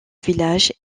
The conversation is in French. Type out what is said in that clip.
village